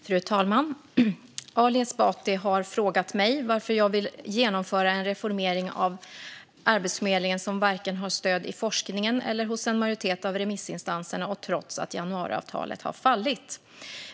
Fru talman! Ali Esbati har frågat mig varför jag vill genomföra en reformering av Arbetsförmedlingen som varken har stöd i forskningen eller hos en majoritet av remissinstanserna och trots att januariavtalet har fallit.